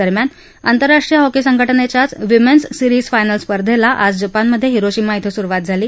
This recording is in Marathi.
दरम्यान आंतरराष्ट्रीय हॉकी संघटनेच्या विमेन्स सीरिज फायनल्स स्पर्धेला आज जपानमध्ये हिरोशिमा इथं सुरुवात झाली